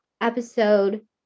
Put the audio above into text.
episode